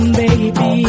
baby